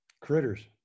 critters